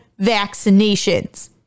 vaccinations